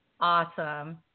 awesome